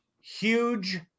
huge